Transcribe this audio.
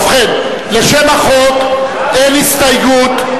ובכן, לשם החוק אין הסתייגות.